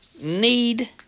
need